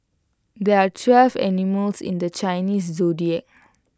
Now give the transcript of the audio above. there are twelve animals in the Chinese Zodiac